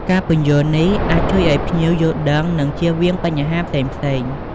ការពន្យល់នេះអាចជួយឱ្យភ្ញៀវយល់ដឹង និងជៀសវាងបញ្ហាផ្សេងៗ។